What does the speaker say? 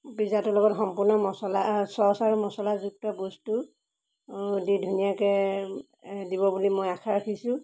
পিজ্জাটোৰ লগত সম্পূৰ্ণ মছলা চচ আৰু মছলাযুক্ত বস্তু দি ধুনীয়াকৈ দিব বুলি মই আশা ৰাখিছোঁ